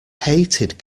hated